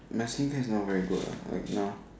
my skincare is not very good ah like now